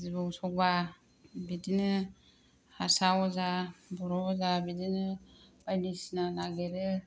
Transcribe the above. जिबौ सौब्ला बिदिनो हारसा अजा बर' अजा बिदिनो बायदि सिना नागिरो